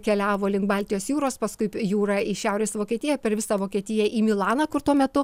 keliavo link baltijos jūros paskui jūra į šiaurės vokietiją per visą vokietiją į milaną kur tuo metu